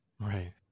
right